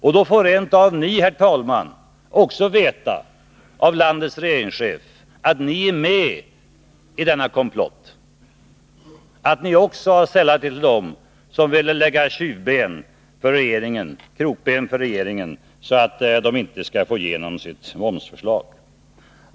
Och då får rent av ni, herr talman, också veta av landets regeringschef att ni är med i denna komplott, att också ni har sällat er till dem som vill lägga krokben för regeringen, så att den inte skall få igenom sitt momsförslag.